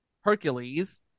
Hercules